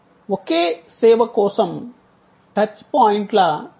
ఒకే సేవ కోసం టచ్ పాయింట్ల సంఖ్య పెరుగుతోంది